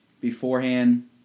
beforehand